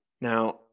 Now